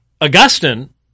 Augustine